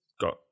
got